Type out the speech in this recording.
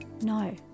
no